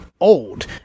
old